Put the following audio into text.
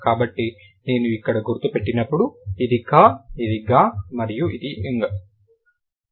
కాబట్టి నేను ఇక్కడ గుర్తు పెట్టినప్పుడు ఇది కా ఇది ga మరియు ఇది ng